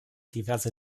diverse